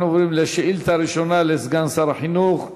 אנחנו עוברים לשאילתה הראשונה לסגן שר החינוך,